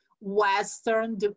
Western